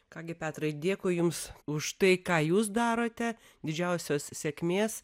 ką gi petrai dėkui jums už tai ką jūs darote didžiausios sėkmės